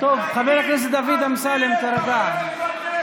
חבר הכנסת דוד אמסלם, תירגע.